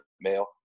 male